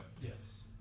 Yes